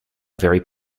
very